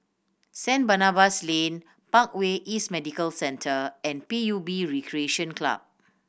Saint Barnabas Lane Parkway East Medical Centre and P U B Recreation Club